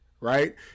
Right